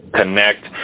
connect